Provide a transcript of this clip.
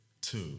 Two